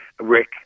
rick